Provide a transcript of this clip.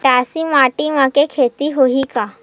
मटासी माटी म के खेती होही का?